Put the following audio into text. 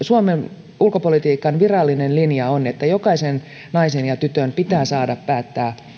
suomen ulkopolitiikan virallinen linjahan on se että jokaisen naisen ja tytön pitää saada päättää